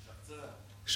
שחצן.